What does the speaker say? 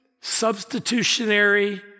substitutionary